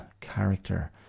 character